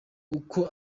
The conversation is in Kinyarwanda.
uko